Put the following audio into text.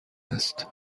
است